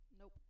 Nope